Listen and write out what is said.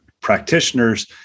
practitioners